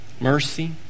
mercy